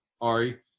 Ari